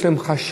יש להם חשש,